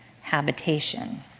habitation